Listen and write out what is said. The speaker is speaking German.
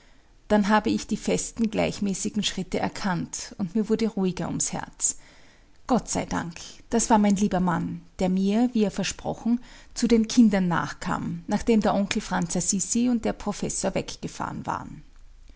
dann habe ich die festen gleichmäßigen schritte erkannt und mir wurde ruhiger ums herz gott sei dank das war mein lieber mann der mir wie er versprochen zu den kindern nachkam nachdem der onkel franz assisi und der professor weggefahren waren